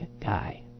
guy